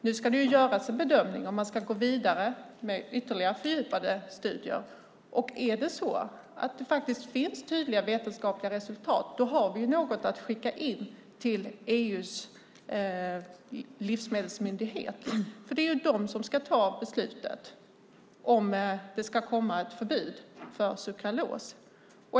Nu ska det göras en bedömning om man ska gå vidare med ytterligare fördjupade studier. Om det finns tydliga vetenskapliga resultat har vi något att skicka in till EU:s livsmedelsmyndighet. Det är den som ska fatta beslutet om det ska komma ett förbud mot sukralos.